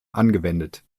angewendet